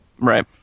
Right